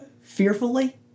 fearfully